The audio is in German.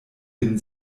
win